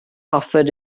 offered